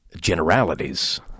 generalities